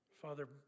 Father